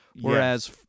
whereas